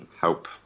help